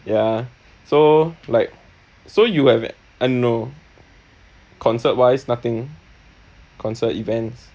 ya so like so you have uh no concert wise nothing concert events